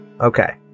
Okay